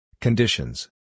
Conditions